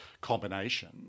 combination